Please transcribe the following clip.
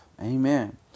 Amen